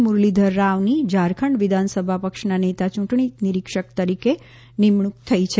મુરલીધર રાવની ઝારખંડ વિધાનસભા પક્ષના નેતા યૂંટણી નિરીક્ષક તરીકે નિમણુંક થઇ છે